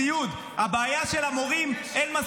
הבעיה היא שלחיילים אין ציוד,